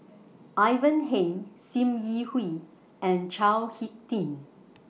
Ivan Heng SIM Yi Hui and Chao Hick Tin